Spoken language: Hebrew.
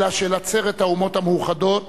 אלא של עצרת האומות המאוחדות